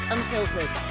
Unfiltered